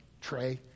Trey